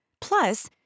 Plus